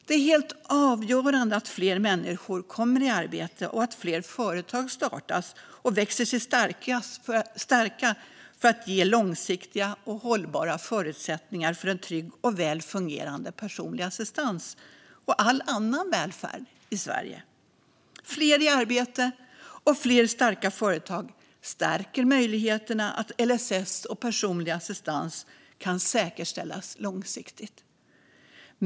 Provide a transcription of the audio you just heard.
Det är helt avgörande att fler människor kommer i arbete och att fler företag startas och växer sig starka för att ge långsiktiga och hållbara förutsättningar för en trygg och väl fungerande personlig assistans och all annan välfärd i Sverige. Fler i arbete och fler starka företag stärker möjligheterna att LSS och personlig assistans kan säkerställas långsiktigt.